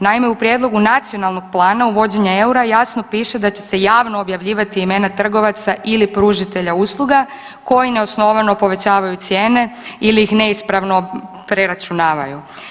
Naime, u prijedlogu Nacionalnog plana uvođenja eura jasno piše da će se javno objavljivati imena trgovaca ili pružatelja usluga koji neosnovano povećavaju cijene ili ih neispravno preračunavaju.